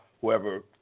whoever